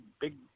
big